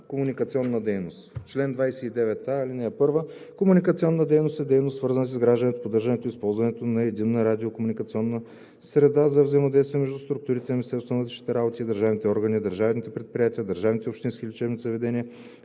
Комуникационна дейност Чл. 29а. (1) Комуникационната дейност е дейност, свързана с изграждане, поддържане и използване на единна радиокомуникационна среда за взаимодействие между структурите на МВР и държавните органи, държавните предприятия, държавните и общинските лечебни заведения,